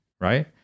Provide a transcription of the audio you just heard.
right